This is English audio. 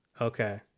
Okay